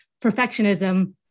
perfectionism